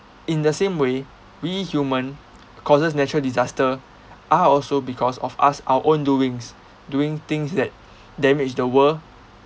in the same way we human causes natural disaster are also because of us our own doings doing things that damage the world